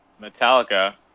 Metallica